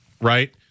right